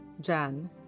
Jan